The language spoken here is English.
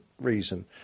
reason